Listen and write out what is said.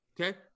Okay